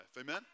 Amen